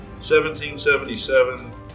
1777